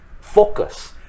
focus